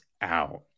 out